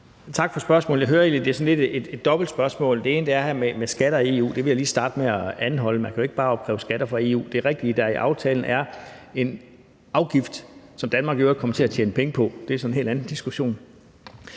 Tak for spørgsmålet. Jeg hører, at det lidt er et dobbelt spørgsmål. Det ene er det her med skatter og EU. Det vil jeg lige starte med at anholde. Man kan jo ikke bare opkræve skatter fra EU. Det er rigtigt, at der i aftalen er en afgift, som Danmark i øvrigt kommer til at tjene penge på. Det er så en helt anden diskussion.